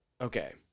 Okay